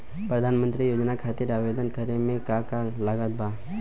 प्रधानमंत्री योजना खातिर आवेदन करे मे का का लागत बा?